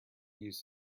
use